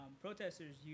protesters